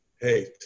hate